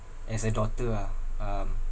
as a daughter ah um